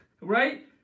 right